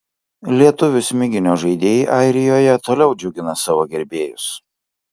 lietuvių smiginio žaidėjai airijoje toliau džiugina savo gerbėjus